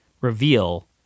reveal